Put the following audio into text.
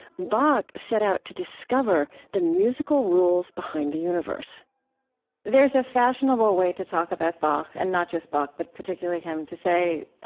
bach set out to discover the musical rules behind the universe there's a fashionable way to talk about bach, and not just bach, but particularly him, to say,